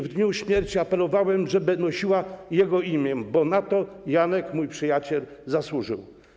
W dniu jego śmierci apelowałem, żeby nosiła jego imię, bo na to Janek, mój przyjaciel, zasłużył.